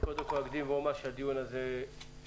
קודם כול, אני אקדים ואומר שהדיון הזה נולד